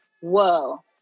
whoa